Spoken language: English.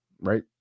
right